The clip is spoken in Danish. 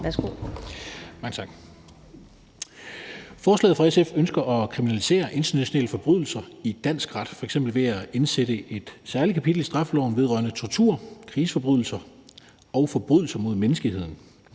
(LA): Mange tak. SF ønsker med sit forslag at kriminalisere internationale forbrydelser i dansk ret, f.eks. ved at indsætte et særligt kapitel i straffeloven vedrørende tortur, krigsforbrydelser og forbrydelser mod menneskeheden.